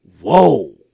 Whoa